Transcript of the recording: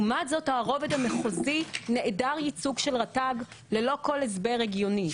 לעומת זאת הרובד המחוזי נעדר ייצוג של רט"ג ללא כל הסבר הגיוני.